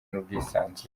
n’ubwisanzure